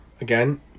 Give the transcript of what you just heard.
again